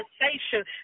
conversation